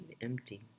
empty